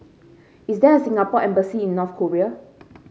is there a Singapore Embassy in North Korea